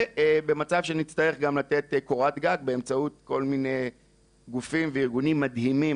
ובמצב שנצטרך גם לתת קורת גג באמצעות כל מיני גופים וארגונים מדהימים.